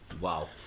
wow